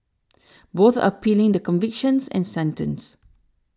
both are appealing the convictions and sentence